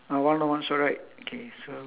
the one with the striped shirt is it